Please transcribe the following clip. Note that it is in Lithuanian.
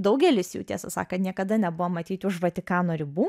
daugelis jų tiesą sakant niekada nebuvo matyti už vatikano ribų